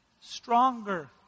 Stronger